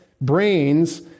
brains